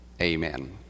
Amen